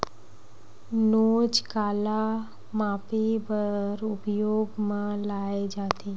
नोच काला मापे बर उपयोग म लाये जाथे?